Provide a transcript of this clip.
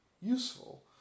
useful